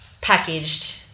packaged